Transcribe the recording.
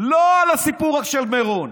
לא על הסיפור של מירון,